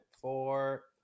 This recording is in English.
four